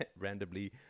randomly